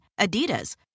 Adidas